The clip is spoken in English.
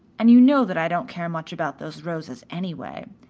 and you know that i don't care much about those rosas, anyway.